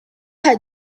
had